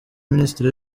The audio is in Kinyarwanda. minisiteri